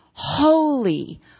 Holy